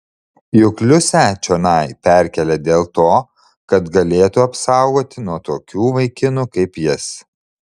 juk liusę čionai perkėlė dėl to kad galėtų apsaugoti nuo tokių vaikinų kaip jis